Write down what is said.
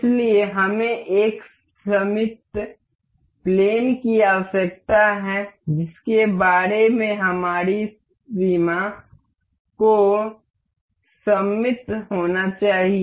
इसलिए हमें एक सममिति प्लेन की आवश्यकता है जिसके बारे में हमारी सीमा को सममित होना चाहिए